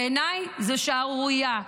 בעיניי זו שערורייה.